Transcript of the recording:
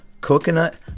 coconut